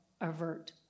avert